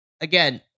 again